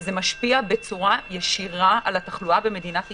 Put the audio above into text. וזה משפיע בצורה ישירה על התחלואה במדינת ישראל.